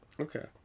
Okay